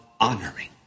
honoring